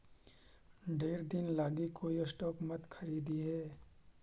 ढेर दिन लागी कोई स्टॉक मत खारीदिहें